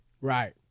Right